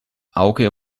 auge